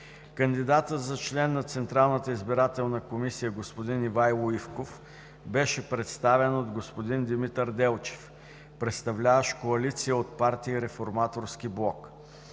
Кандидатът за член на Централната избирателна комисия господин Ивайло Ивков беше представен от господин Димитър Делчев, представляващ коалиция от партии „Реформаторски блок“.